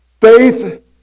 Faith